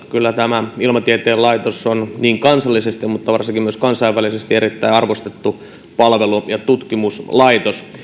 kyllä ilmatieteen laitos on niin kansallisesti kuin varsinkin myös kansainvälisesti erittäin arvostettu palvelu ja tutkimuslaitos